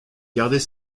garder